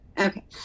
okay